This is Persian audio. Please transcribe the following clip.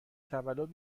تولد